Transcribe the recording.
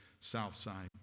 Southside